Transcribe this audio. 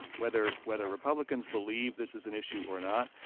whether whether republicans believe this is an issue or not,